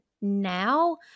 now